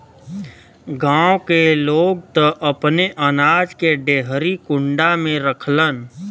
गांव के लोग त अपने अनाज के डेहरी कुंडा में रखलन